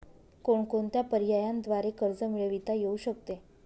कोणकोणत्या पर्यायांद्वारे कर्ज मिळविता येऊ शकते?